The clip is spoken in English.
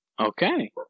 Okay